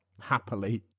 happily